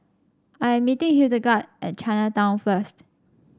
I am meeting Hildegard at Chinatown first